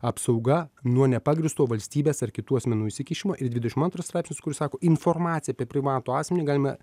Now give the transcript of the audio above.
apsauga nuo nepagrįsto valstybės ar kitų asmenų įsikišimo ir dvidešim antras straipsnis kuris sako informaciją apie privatų asmenį galima